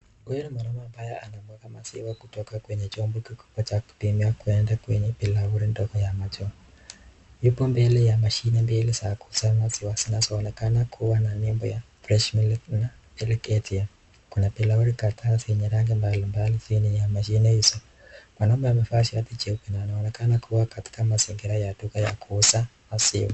Huyu ni mwanaume ambaye anamwaga maziwa kutoka kwenye chombo kikubwa cha kupimia kuenda kwenye bilauri ndogo ya manjano. Yupo mbele ya mashini mbili za kuuza maziwa zinazo onekana kua na nembo ya Fresh Milk na Milk ATM. Kuna bilauri kadhaa zenye ramgi mbali mbali chini ya mashini hizo. Mwanaume amevaa shati jeupe na anaonekana kua katika mazingira ya duka ya kuuza maziwa.